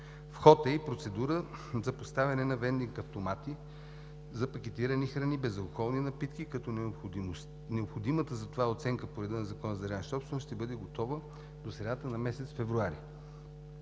В ход е и процедура за поставяне на Вендинг автомати за пакетирани храни, безалкохолни напитки, като необходимата за това оценка по реда на Закона за собствеността ще бъде готова до средата на месец февруари.